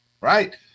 Right